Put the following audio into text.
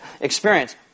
experience